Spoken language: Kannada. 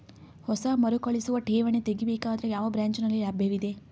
ಹೊಸ ಮರುಕಳಿಸುವ ಠೇವಣಿ ತೇಗಿ ಬೇಕಾದರ ಯಾವ ಬ್ರಾಂಚ್ ನಲ್ಲಿ ಲಭ್ಯವಿದೆ?